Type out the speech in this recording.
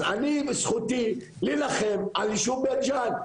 אז אני בזכותי להילחם על יישוב בית ג'אן,